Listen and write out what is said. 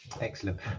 excellent